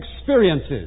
experiences